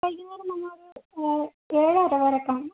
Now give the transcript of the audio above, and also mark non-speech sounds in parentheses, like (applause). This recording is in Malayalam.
വൈകുന്നേരം വന്നാൽ ഒരു ഏഴ് (unintelligible)